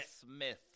Smith